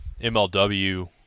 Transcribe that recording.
MLW